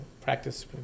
practice